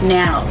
now